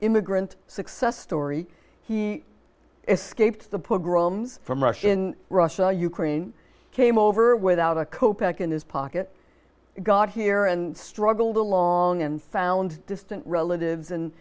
immigrant success story he escaped the poor grooms from russia in russia ukraine came over without a ko pack in his pocket got here and struggled along and found distant relatives and